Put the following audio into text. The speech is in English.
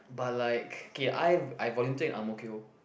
but like okay I I volunteer in Ang-Mo-Kio